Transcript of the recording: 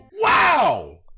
WOW